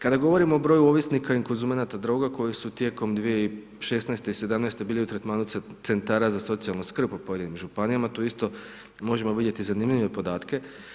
Kada govorimo o broju ovisnika i konzumenata droga koji su tijekom 2016., 2017. bili u tretmanu centara za socijalnu skrb po pojedinim županijama tu isto možemo vidjeti zanimljive podatke.